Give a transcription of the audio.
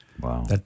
Wow